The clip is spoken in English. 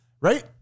Right